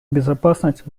безопасность